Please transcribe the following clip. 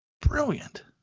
brilliant